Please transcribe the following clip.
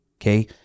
okay